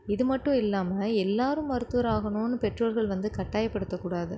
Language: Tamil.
இது மட்டும் இல்லாமல் எல்லாரும் மருத்துவர் ஆகணும்னு பெற்றோர்கள் வந்து கட்டாயப்படுத்தக்கூடாது